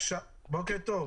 בוקר טוב,